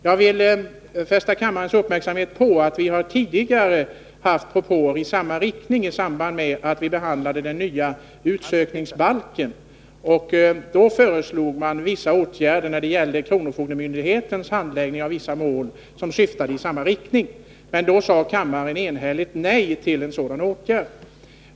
Jag vill fästa kammarens uppmärksamhet på att vi tidigare har haft propåer isamma riktning i samband med att vi behandlade den nya utsökningsbalken. Då föreslogs vissa åtgärder i samma syfte när det gällde kronofogdemyndigheternas handläggning av vissa mål. Men då sade kammaren enhälligt nej till sådana åtgärder.